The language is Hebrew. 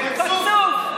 חצוף.